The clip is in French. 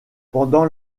pendant